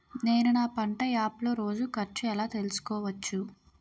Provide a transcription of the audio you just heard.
నేను నా పంట యాప్ లో రోజు ఖర్చు ఎలా తెల్సుకోవచ్చు?